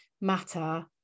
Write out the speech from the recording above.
matter